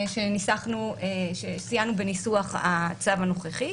כשסייענו בניסוח הצו הנוכחי.